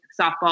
softball